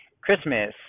christmas